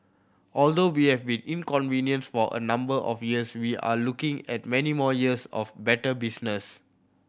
although we have been inconvenienced for a number of years we are looking at many more years of better business